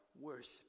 worship